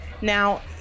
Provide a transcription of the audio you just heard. Now